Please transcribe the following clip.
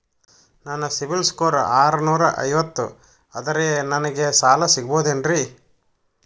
ನನ್ನ CIBIL score ಆರನೂರ ಐವತ್ತು ಅದರೇ ನನಗೆ ಸಾಲ ಸಿಗಬಹುದೇನ್ರಿ?